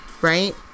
right